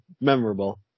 memorable